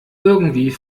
irgendwie